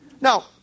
Now